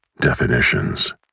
Definitions